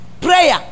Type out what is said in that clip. prayer